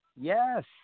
Yes